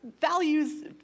values